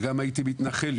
וגם הייתי מתנחל,